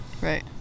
right